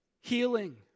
healing